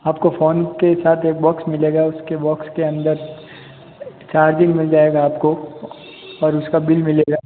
आपको फ़ौन के साथ एक बॉक्स मिलेगा उसके बॉक्स के अंदर चार्जिंग मिल जाएगा आपको और उसका बिल मिलेगा